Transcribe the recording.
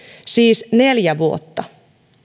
siis neljä vuotta